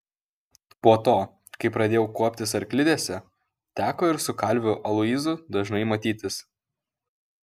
po to kai pradėjau kuoptis arklidėse teko ir su kalviu aloyzu dažnai matytis